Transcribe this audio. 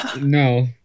no